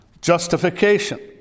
Justification